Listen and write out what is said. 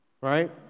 right